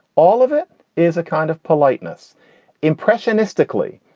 all of it is a kind of politeness impression mystically.